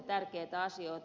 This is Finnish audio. tärkeitä asioita